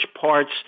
parts